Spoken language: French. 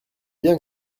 bien